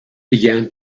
began